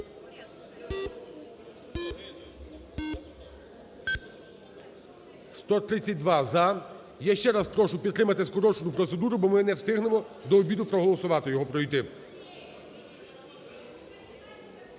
За-132 Я ще раз прошу підтримати скорочену процедуру, бо ми не встигнемо до обіду проголосувати його, пройти.